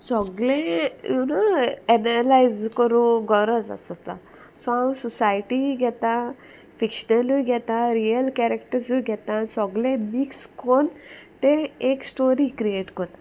सोगले you know analyse करूं गोरोज आसोता सो हांव सोसायटी घेता फिक्शनलूय घेता रियल कॅरेक्टर्सूय घेता सोगले मिक्स कोन्न तें एक स्टोरी क्रियेट कोत्ता